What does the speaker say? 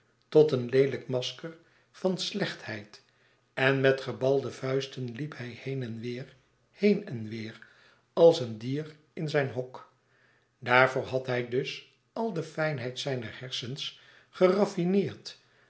tot een leelijk masker van slechtheid en met gebalde vuisten liep hij heen en weêr heen en weêr als een dier in zijn hok daarvoor had hij dus al de fijnheid zijner hersens geraffineerd